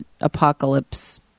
apocalypse